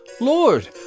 Lord